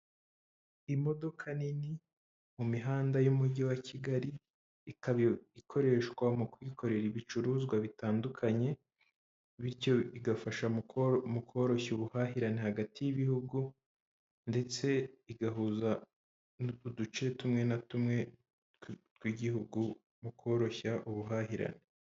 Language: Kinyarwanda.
Imodoka nini mu mihanda y'umugi wa Kigali, ikaba ikoreshwa mu kwikorera ibicuruzwa bitandukanye bityo igafasha mu koroshya koro ubuhahirane hagati y'ibihugu ndetse igahuza n'uduce tumwe na tumwe tw'igihugu mu koroshya ubuhahirane.